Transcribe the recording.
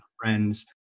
friends